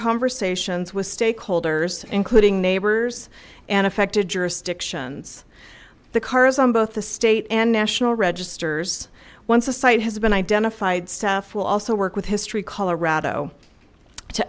conversations with stakeholders including neighbors and affected jurisdictions the cars on both the state and national registers once a site has been identified staff will also work with history colorado to